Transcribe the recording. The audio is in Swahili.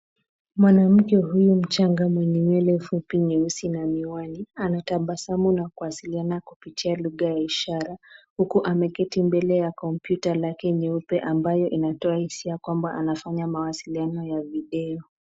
Mwanamke huyu mchanga mwenye nywele fupi nyeusi na miwani anatabasamu na kuwasiliana kupitia lugha ya ishara, huku ameketi mbele ya kompyuta lake nyeupe ambayo inatoa hisia kwamba anafanya mawasiliano ya video.